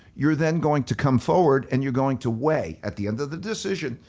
you're then going to come forward and you're going to weigh at the end of the decision,